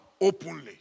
Openly